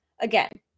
Again